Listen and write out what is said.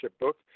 book